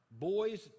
boys